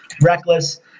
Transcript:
Reckless